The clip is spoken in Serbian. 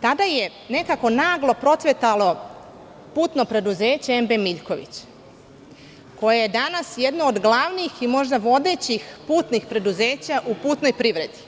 tada je nekako naglo procvetalo putno preduzeće "MB Miljković", koje je danas jedno od glavnih i možda vodećih putnih preduzeća u putnoj privredi.